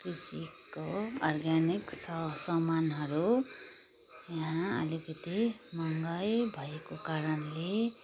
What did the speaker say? कृषिको अर्ग्यानिक स सामानहरू यहाँ अलिकति महँगै भएको कारणले